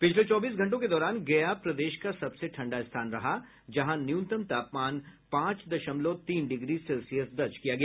पिछले चौबीस घंटों के दौरान गया प्रदेश का सबसे ठंडा स्थान रहा जहां न्यूनतम तापमान पांच दशमलव तीन डिग्री सेल्सियस दर्ज किया गया